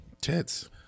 Tits